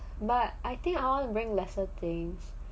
but I think I will bring lesser things